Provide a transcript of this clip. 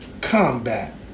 combat